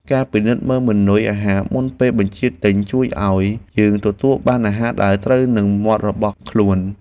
ការពិនិត្យមើលម៉ឺនុយអាហារមុនពេលបញ្ជាទិញជួយឱ្យយើងទទួលបានអាហារដែលត្រូវនឹងមាត់របស់ខ្លួន។